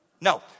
No